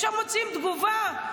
ישר מוציאים תגובה?